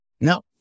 no